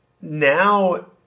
now